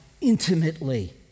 intimately